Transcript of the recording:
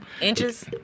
Inches